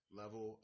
level